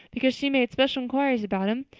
because she made special inquiries about him,